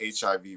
HIV